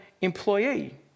employee